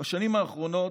בשנים האחרונות,